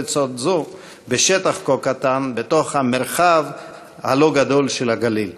לצד זו בשטח כה קטן בתוך המרחב הלא-גדול של הגליל.